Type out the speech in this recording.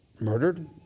murdered